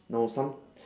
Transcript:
no some